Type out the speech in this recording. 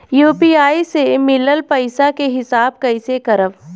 UPI से मिलल पईसा के हिसाब कइसे करब?